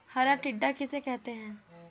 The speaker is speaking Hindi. हरा टिड्डा किसे कहते हैं?